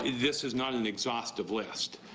this is not an exhaustive list.